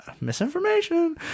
Misinformation